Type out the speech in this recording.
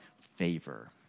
favor